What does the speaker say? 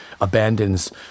abandons